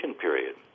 period